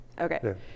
Okay